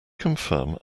confirm